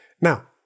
Now